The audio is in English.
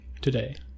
Today